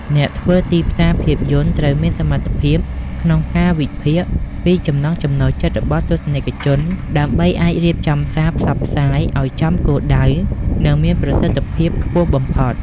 អ្នកធ្វើទីផ្សារភាពយន្តត្រូវមានសមត្ថភាពក្នុងការវិភាគពីចំណង់ចំណូលចិត្តរបស់ទស្សនិកជន ដើម្បីអាចរៀបចំសារផ្សព្វផ្សាយឱ្យចំគោលដៅ និងមានប្រសិទ្ធភាពខ្ពស់បំផុត។